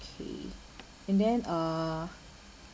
okay and then uh